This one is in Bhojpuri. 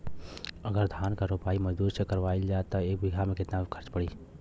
अगर धान क रोपाई मजदूर से करावल जाई त एक बिघा में कितना खर्च पड़ी?